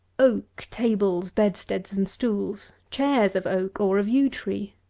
oak tables, bedsteads and stools, chairs of oak or of yew tree,